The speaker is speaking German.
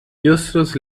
justus